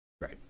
Right